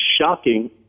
shocking